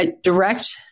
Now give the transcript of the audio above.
direct